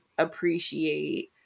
appreciate